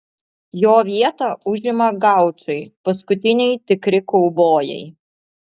jo vietą užima gaučai paskutiniai tikri kaubojai